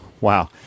Wow